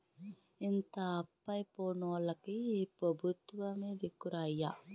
ఇంత అప్పయి పోనోల్లకి పెబుత్వమే దిక్కురా అయ్యా